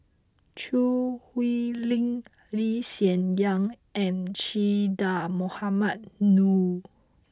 Choo Hwee Lim Lee Hsien Yang and Che Dah Mohamed Noor